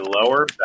lower